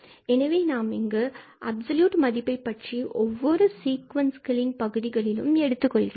எனவே நாம் இங்கு அப்சல்யூட் மதிப்பை பற்றி ஒவ்வொரு சீக்குவன்ஸ் ன் பகுதிகளிலும் எடுத்துக்கொள்கிறோம்